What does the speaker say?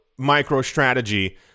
MicroStrategy